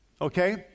okay